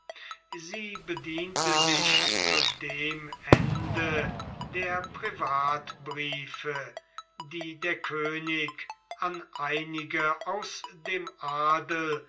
sie bediente sich zu dem ende der privatbriefe die der könig an einige aus dem adel